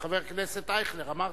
חבר הכנסת אייכלר, אמרתי?